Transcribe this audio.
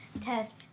test